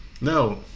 No